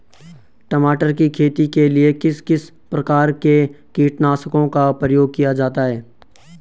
टमाटर की खेती के लिए किस किस प्रकार के कीटनाशकों का प्रयोग किया जाता है?